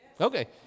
Okay